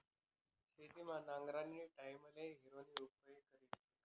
शेतमा नांगरणीना टाईमले हॅरोना उपेग करतस